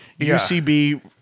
UCB